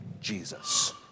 Jesus